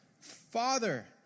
Father